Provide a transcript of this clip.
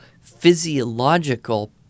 physiological